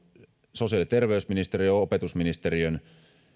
sosiaali ja terveysministeriön ja opetusministeriön